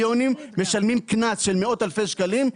משלמים קנס של מאות אלפי שקלים,